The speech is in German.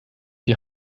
die